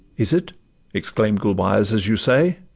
is it exclaim'd gulbeyaz, as you say?